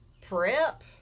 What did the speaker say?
prep